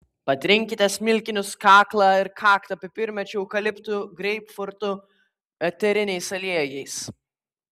patrinkite smilkinius kaklą ir kaktą pipirmėčių eukaliptų greipfrutų eteriniais aliejais